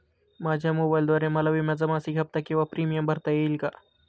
माझ्या मोबाईलद्वारे मला विम्याचा मासिक हफ्ता किंवा प्रीमियम भरता येईल का?